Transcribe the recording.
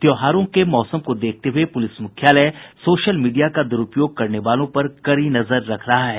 त्यौहारों के मौसम को देखते हुए पुलिस मुख्यालय सोशल मीडिया का दुरूपयोग करने वालों पर कड़ी नजर रख रहा है